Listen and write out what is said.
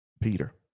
Peter